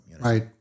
right